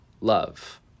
love